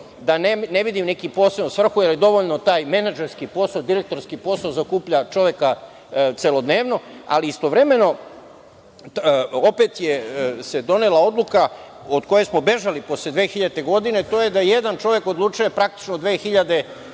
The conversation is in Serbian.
da ne vidim neku posebnu svrhu, jer je dovoljan taj menadžerski posao, direktorski posao zaokuplja čoveka celodnevno, ali istovremeno opet se donela odluka od koje smo bežali posle 2000. godine, to je da jedan čovek odlučuje praktično o